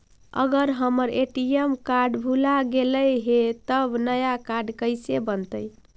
अगर हमर ATM card भुला गैलै हे तब नया काड कइसे बनतै?